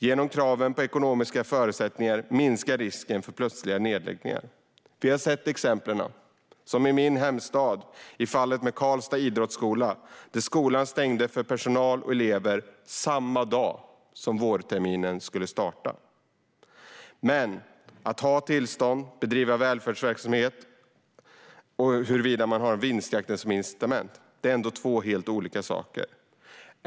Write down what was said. Genom kraven på ekonomiska förutsättningar minskar risken för plötsliga nedläggningar. Vi har sett exempel - som i min hemstad - i fallet med Karlstads Idrottsskola där skolan stängde för personal och elever samma dag som vårterminen skulle starta. Men att ha tillstånd för att bedriva välfärdsverksamhet och att ha vinstjakten som incitament är två helt olika saker.